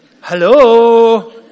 Hello